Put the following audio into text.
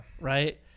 right